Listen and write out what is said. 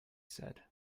said